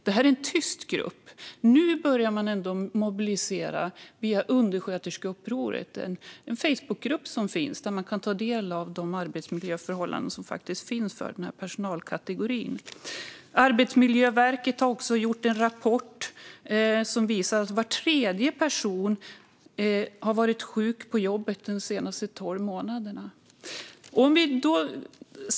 Det här är en tyst grupp, men nu börjar man att mobilisera sig via undersköterskeupproret, en Facebookgrupp där man kan ta del av den här personalkategorins arbetsmiljöförhållanden. Arbetsmiljöverket har också gjort en rapport som visar att var tredje person har varit sjuk på jobbet de senaste tolv månaderna.